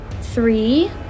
Three